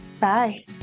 Bye